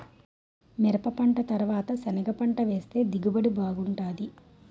మిరపపంట తరవాత సెనగపంట వేస్తె దిగుబడి బాగుంటాది